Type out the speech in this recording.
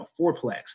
fourplex